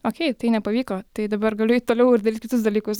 okei tai nepavyko tai dabar galiu eit toliau ir daryt kitus dalykus